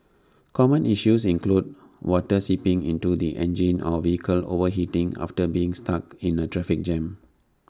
common issues include water seeping into the engine or vehicles overheating after being stuck in A traffic jam